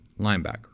linebacker